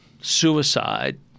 suicide